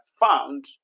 found